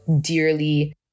dearly